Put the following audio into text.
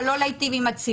אבל לא להיטיב עם הציבור.